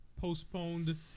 postponed